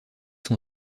son